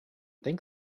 think